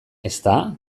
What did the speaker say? ezta